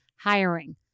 Hiring